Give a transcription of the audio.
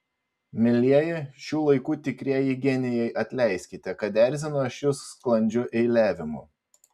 mielieji šių laikų tikrieji genijai atleiskite kad erzinu aš jus sklandžiu eiliavimu